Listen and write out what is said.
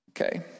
Okay